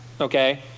okay